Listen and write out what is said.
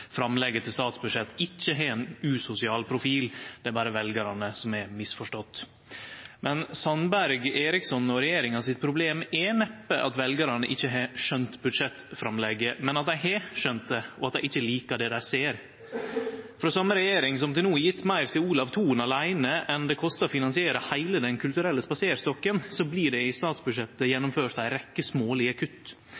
framlegget til statsbudsjett ikkje har ein usosial profil – det er berre veljarane som har misforstått. Problemet til Sandberg, Eriksson og regjeringa er neppe at veljarane ikkje har skjønt budsjettframlegget, men at dei har skjønt det, og at dei ikkje likar det dei ser. Frå den same regjeringa som til no har gjeve meir til Olav Thon aleine enn det kostar å finansiere heile Den kulturelle spaserstokken, blir det i statsbudsjettet